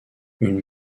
une